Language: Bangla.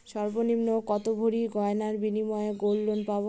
সর্বনিম্ন কত ভরি গয়নার বিনিময়ে গোল্ড লোন পাব?